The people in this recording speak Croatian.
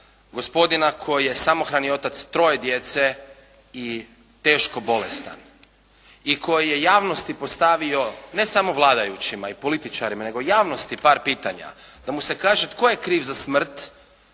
gospodina koji je samohrani otac troje djece i teško bolestan i koji je javnosti postavio ne samo vladajućima i političarima nego javnosti par pitanja da mu se kaže tko je kriv za smrt